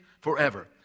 forever